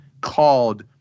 called